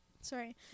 Sorry